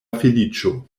feliĉo